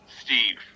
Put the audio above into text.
Steve